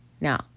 Now